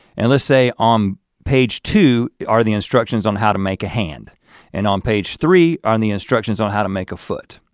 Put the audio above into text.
and let's say on page two are the instructions on how to make a hand and on page three are the instructions on how to make a foot.